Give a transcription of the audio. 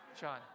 Sean